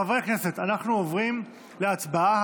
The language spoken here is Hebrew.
חברי הכנסת, אנחנו עוברים להצבעה.